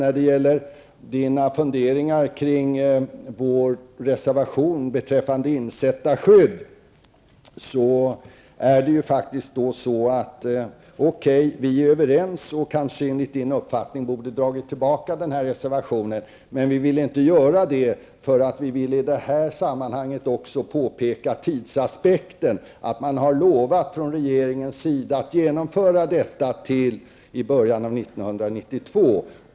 När det gäller insättarskyddet är vi överens och borde kanske enligt Rolf Dalbergs uppfattning ha dragit tillbaka vår reservation. Vi ville dock inte göra det. Vi ville i det här sammanhanget också påpeka tidsaspekten. Från regeringens sida har man lovat att detta skall vara genomfört till början av år 1992.